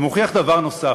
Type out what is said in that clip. זה מוכיח דבר נוסף,